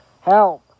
Help